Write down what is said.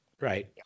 right